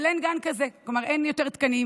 אבל אין גן כזה, כלומר, אין יותר תקנים